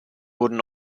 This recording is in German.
wurden